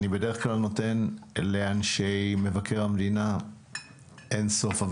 אני בדרך כלל נותן לאנשי מבקר המדינה אינסוף זמן,